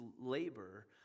labor